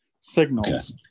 signals